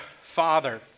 father